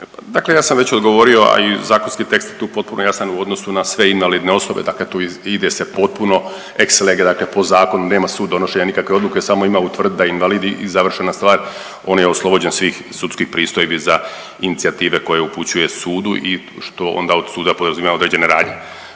Dakle ja sam već odgovorio, a i zakonski tekst je tu potpuno jasan u odnosu na sve invalidne osobe, dakle tu ide se potpuno ex lege dakle po zakonu, nema sud donošenja nikakve odluke samo ima utvrditi da je invalidi i završena stvar, on je oslobođen svih sudskih pristojbi za inicijative koje upućuje sudu i što onda od sud podrazumijeva određene radnje.